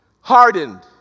Hardened